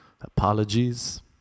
Apologies